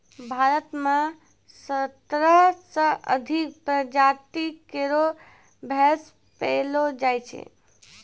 भारत म सत्रह सें अधिक प्रजाति केरो भैंस पैलो जाय छै